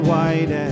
White